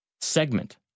Segment